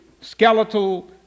skeletal